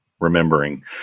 remembering